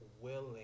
willing